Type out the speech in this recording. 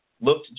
Looked